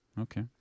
Okay